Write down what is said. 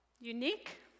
Unique